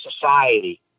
society